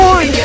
One